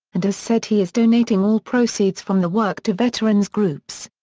and has said he is donating all proceeds from the work to veterans groups.